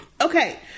Okay